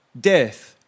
death